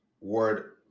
word